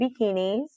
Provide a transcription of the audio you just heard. bikinis